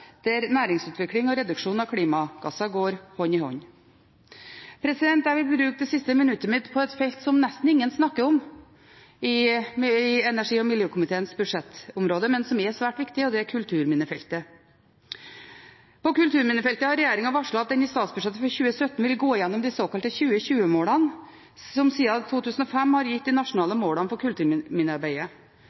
der næringsutvikling og reduksjon av klimagasser går hånd i hånd. Jeg vil bruke det siste minuttet mitt på et felt på energi- og miljøkomiteens budsjettområde som nesten ingen snakker om, men som er svært viktig. Det er kulturminnefeltet. På kulturminnefeltet har regjeringen varslet at den i statsbudsjettet for 2017 vil gå gjennom de såkalte 2020-målene, som sier at 2005 har gitt de nasjonale målene for